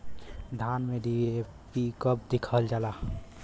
धान में डी.ए.पी कब दिहल जाला?